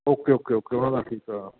okay okay okay ਉਹਨਾਂ ਦਾ ਠੀਕ ਆ